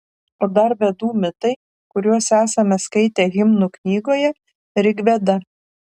o dar vedų mitai kuriuos esame skaitę himnų knygoje rigveda